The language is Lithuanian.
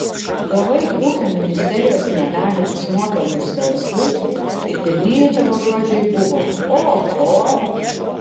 gavai ūkio ministerijos medalį už nuopelnus verslui ir pirmieji tavo žodžiai buvo oho